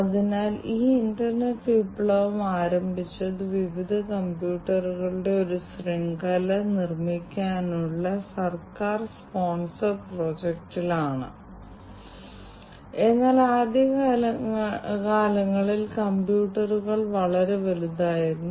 അതിനാൽ ഈ സെൻസിംഗ് ഇവിടെ ചെയ്യുന്നത് ഈ സെൻസർ വഴിയാണ് തുടർന്ന് ഈ സെൻസർ ഈ ഡാറ്റ അയയ്ക്കുന്നു ഞങ്ങളുടെ പക്കലുള്ള ഈ മൈക്രോകൺട്രോളർ യൂണിറ്റ് ഇവിടെ ചില പ്രോസസ്സിംഗ് നടത്തുന്നു അതിനുശേഷം ഈ ഡാറ്റ ഒരു സൈറ്റിൽ നിന്ന് മറ്റൊരു സൈറ്റിലേക്ക് അയയ്ക്കുന്നു